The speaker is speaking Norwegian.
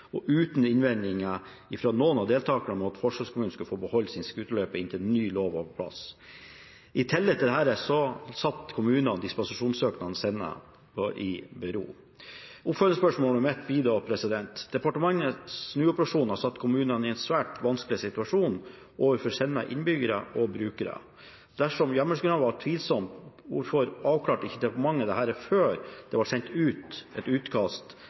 og uten innvendinger fra noen av deltakerne mot at forsøkskommunene skulle få beholde sine skuterløyper inntil ny lov var på plass. I tillegg til dette stilte kommunene dispensasjonssøknadene sine i bero. Departementets snuoperasjon har satt kommunene i en svært vanskelig situasjon overfor sine innbyggere og brukere. Oppfølgingsspørsmålet mitt blir da: Dersom hjemmelsgrunnlaget var tvilsomt, hvorfor avklarte ikke departementet dette før det ble sendt ut et utkast